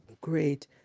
great